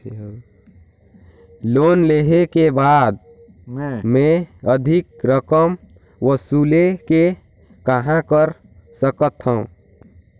Loan लेहे के बाद मे अधिक रकम वसूले के कहां कर सकथव?